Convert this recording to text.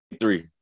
three